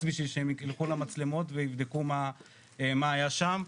בשביל שהם ילכו למצלמות ויבדקו מה היה שם,